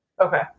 Okay